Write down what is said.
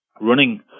running